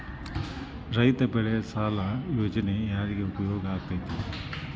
ರೈತ ಬೆಳೆ ಸಾಲ ಯೋಜನೆ ಯಾರಿಗೆ ಉಪಯೋಗ ಆಕ್ಕೆತಿ?